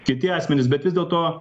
kiti asmenys bet vis dėlto